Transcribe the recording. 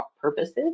purposes